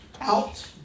out